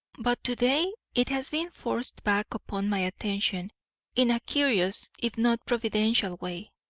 but to-day it has been forced back upon my attention in a curious if not providential way.